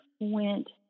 went